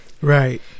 Right